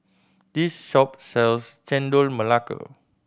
this shop sells Chendol Melaka